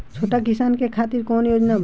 छोटा किसान के खातिर कवन योजना बा?